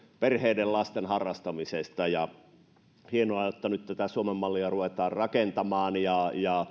perheiden lasten harrastamisesta hienoa että nyt tätä suomen mallia ruvetaan rakentamaan ja ja